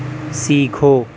سیکھو